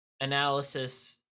analysis